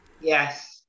Yes